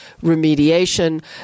remediation